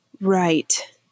Right